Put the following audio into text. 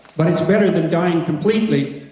but it's better than dying completely,